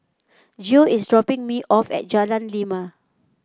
Geo is dropping me off at Jalan Lima